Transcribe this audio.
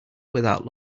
without